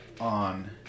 on